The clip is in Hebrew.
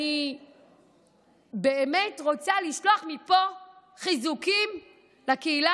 אני באמת רוצה לשלוח מפה חיזוקים לקהילה